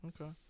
Okay